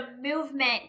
movement